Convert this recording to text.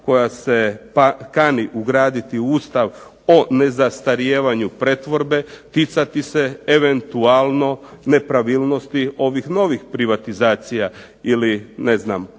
koja se kani ugraditi u Ustav o nezastarijevanju pretvorbe ticati se eventualno nepravilnosti ovih novih privatizacija ili prodaja.